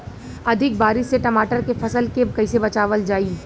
अधिक बारिश से टमाटर के फसल के कइसे बचावल जाई?